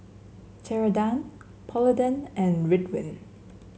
Ceradan Polident and Ridwind